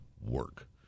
work